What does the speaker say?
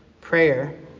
prayer